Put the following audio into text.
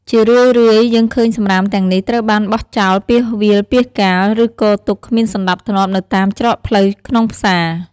ជារឿយៗ យើងឃើញសំរាមទាំងនេះត្រូវបានបោះចោលពាសវាលពាសកាល ឬគរទុកគ្មានសណ្ដាប់ធ្នាប់នៅតាមច្រកផ្លូវក្នុងផ្សារ។